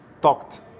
talked